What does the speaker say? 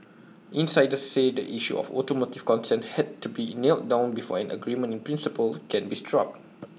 insiders say the issue of automotive content has to be nailed down before an agreement in principle can be struck